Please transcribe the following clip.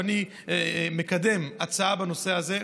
ואני מקדם הצעה בנושא הזה,